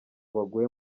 baguye